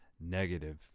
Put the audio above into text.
negative